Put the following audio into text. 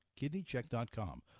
kidneycheck.com